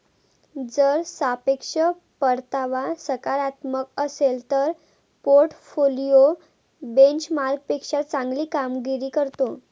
जर सापेक्ष परतावा सकारात्मक असेल तर पोर्टफोलिओ बेंचमार्कपेक्षा चांगली कामगिरी करतो